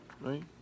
right